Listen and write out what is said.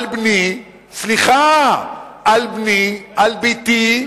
על בני, על בתי,